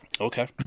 Okay